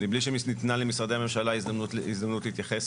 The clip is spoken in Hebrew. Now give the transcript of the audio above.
מבלי שניתנה למשרדי הממשלה הזדמנות להתייחס